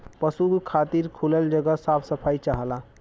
पसु खातिर खुलल जगह साफ सफाई चाहला